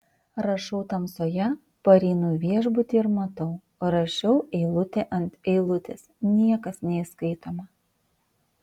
rašau tamsoje pareinu į viešbutį ir matau rašiau eilutė ant eilutės niekas neįskaitoma